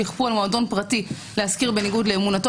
שיכפו על מועדון פרטי להשכיר בניגוד לאמנותו,